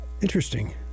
interesting